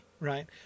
Right